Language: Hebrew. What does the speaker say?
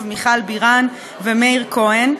מיכל בירן ומאיר כהן.